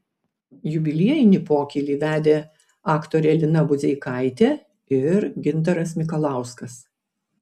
jubiliejinį pokylį vedė aktorė lina budzeikaitė ir gintaras mikalauskas